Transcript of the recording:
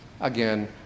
Again